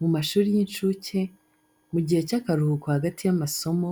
Mu mashuri y’incuke, mu gihe cy’akaruhuko hagati y’amasomo,